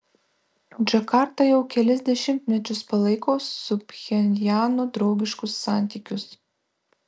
džakarta jau kelis dešimtmečius palaiko su pchenjanu draugiškus santykius